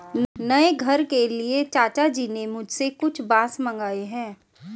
नए घर के लिए चाचा जी ने मुझसे कुछ बांस मंगाए हैं